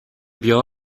beo